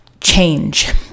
change